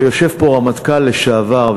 ויושב פה רמטכ"ל לשעבר,